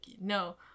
no